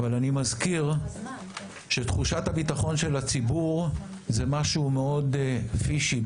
אבל אני מזכיר שתחושת הביטחון של הציבור זה משהו מאוד fishy,